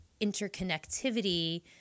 interconnectivity